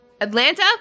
Atlanta